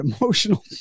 emotional